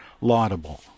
laudable